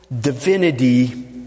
divinity